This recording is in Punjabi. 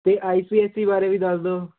ਤੇ ਆਈ ਸੀ ਐਸ ਸੀ ਬਾਰੇ ਵੀ ਦੱਸ ਦੋ